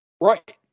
Right